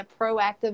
proactive